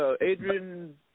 Adrian